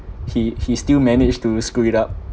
he he still managed to screw it up